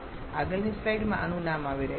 આગળની સ્લાઈડમાં આનું નામ આવી રહ્યું છે